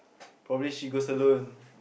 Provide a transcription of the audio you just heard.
probably she goes salon